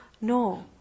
No